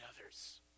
others